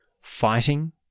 fighting